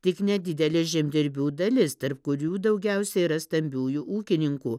tik nedidelė žemdirbių dalis tarp kurių daugiausia yra stambiųjų ūkininkų